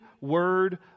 word